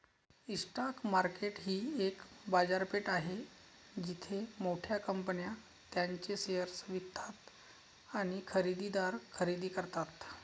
stock market ही एक बाजारपेठ आहे जिथे मोठ्या कंपन्या त्यांचे शेअर्स विकतात आणि खरेदीदार खरेदी करतात